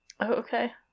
Okay